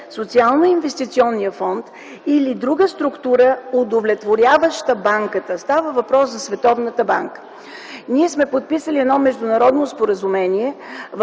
Социалноинвестиционният фонд или друга структура, удовлетворяваща банката… Става въпрос за Световната банка. Ние сме подписали едно Международно споразумение,